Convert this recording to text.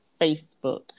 Facebook